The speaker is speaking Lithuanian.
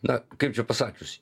na kaip čia pasakius